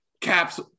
caps